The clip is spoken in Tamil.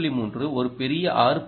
3 ஒரு பெரிய 6